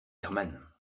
herman